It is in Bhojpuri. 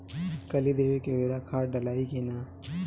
कली देवे के बेरा खाद डालाई कि न?